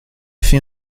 fait